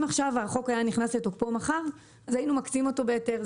אם עכשיו החוק היה נכנס לתוקפו אז היינו מקצים אותו בהיתר,